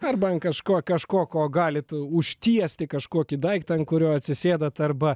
arba ant kažko kažko ko galit užtiesti kažkokį daiktą ant kurio atsisėdat arba